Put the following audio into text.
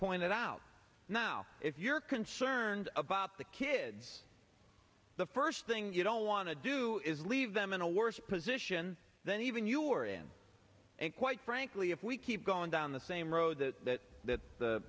pointed out now if you're concerned about the kids the first thing you don't want to do is leave them in a worse position than even you're in and quite frankly if we keep going down the same road that that that the